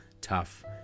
tough